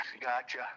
Gotcha